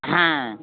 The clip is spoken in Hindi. हाँ